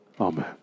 Amen